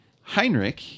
Heinrich